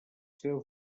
seva